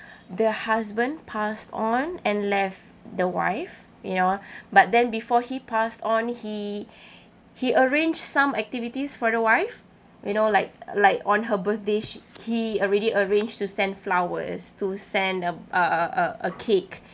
the husband passed on and left the wife you know but then before he passed on he he arrange some activities for the wife you know like like on her birthday she he already arrange to send flowers to send um uh uh a cake